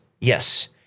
yes